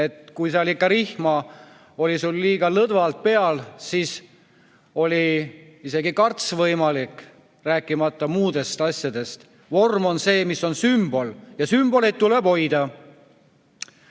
Kui seal ikka rihm oli sul liiga lõdvalt peal, siis oli isegi karts võimalik, rääkimata muudest asjadest. Vorm on see, mis on sümbol, ja sümboleid tuleb hoida. Tänase